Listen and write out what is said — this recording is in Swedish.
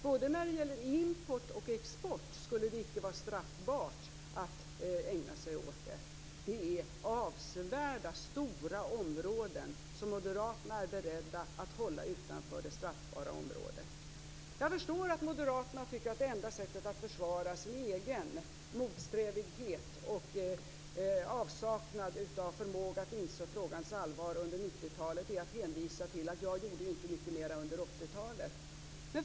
Både när det gäller import och export skulle det icke vara straffbart att ägna sig åt det. Det är avsevärda, stora områden som moderaterna är beredda att hålla utanför det straffbara området. Jag förstår att moderaterna tycker att det enda sättet att försvara sin egen motsträvighet och avsaknad av förmågan att inse frågans allvar under 90-talet är att hänvisa till att jag inte gjorde mycket mer under 80-talet.